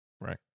right